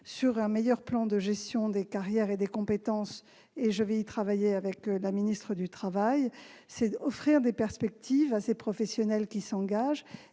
par un meilleur plan de gestion des carrières et des compétences- je vais y travailler avec la ministre du travail -et par l'ouverture de perspectives à ces professionnels qui s'engagent.